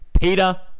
Peter